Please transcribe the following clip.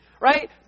Right